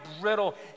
brittle